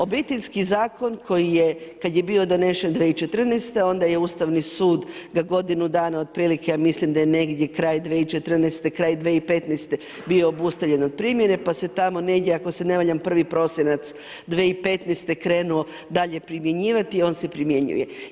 Obiteljski zakon koji je kad je bio donesen 2014., onda je Ustavni sud ga godinu dana otprilike, ja mislim da je kraj 2014., kraj 2015. bio obustavljen od primjene pa se tamo negdje ako se ne varam, 1. prosinac 2015. krenuo dalje primjenjivati, on se primjenjuje.